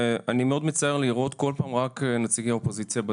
מאוד מצער אותי לראות כל פעם בדיונים כאלה רק נציגי אופוזיציה.